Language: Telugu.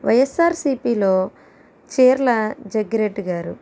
వైయస్ఆర్సిపిలో చీర్ల జగ్గిరెడ్డి గారు